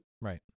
Right